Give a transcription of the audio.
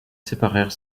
séparèrent